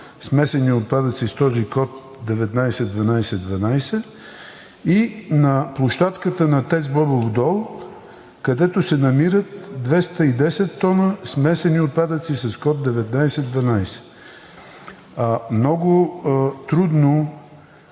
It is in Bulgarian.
смесени отпадъци с този код 19 12 12, и на площадката на ТЕЦ „Бобов дол“, където се намират 210 т смесени отпадъци с код 19 12 12. Много трудно